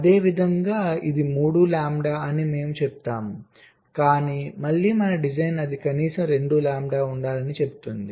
అదేవిధంగా ఇది 3 లాంబ్డా అని మేము చెప్తాము కాని మళ్ళీ మన డిజైన్ అది కనీసం 2 లాంబ్డా ఉండాలి అని చెబుతుంది